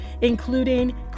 including